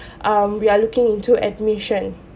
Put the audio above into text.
um we are looking into admission